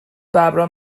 ببرا